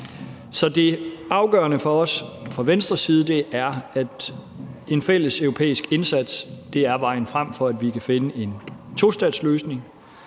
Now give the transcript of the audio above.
Så det afgørende for os set fra Venstres side er, at en fælles europæisk indsats er vejen frem for, at vi kan finde en tostatsløsning.